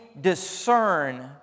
discern